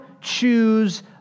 choose